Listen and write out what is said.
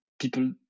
People